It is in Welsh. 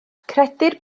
credir